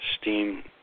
steam